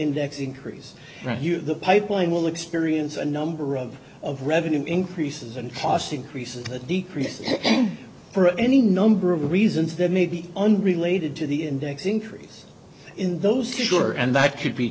index increase the pipeline will experience a number of of revenue increases and cost increases a decrease and for any number of reasons that may be unrelated to the index increase in those two sure and that could be